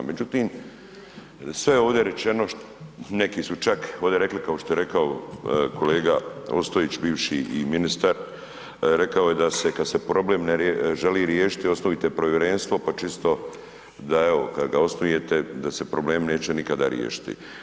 Međutim, sve je ovdje rečeno, neki su čak ovdje rekli, kao što je rekao kolega Ostojić, bivši i ministar, rekao da se kad se problem ne želite riješiti, osnujte povjerenstvo pa čisto da evo, kad ga osnujete, da se problem neće nikada riješiti.